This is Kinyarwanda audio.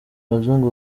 abazungu